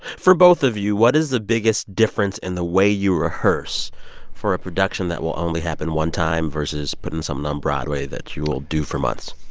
for both of you, what is the biggest difference in the way you rehearse for a production that will only happen one time versus putting something on broadway that you will do for months?